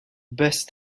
best